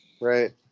Right